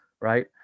Right